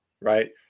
right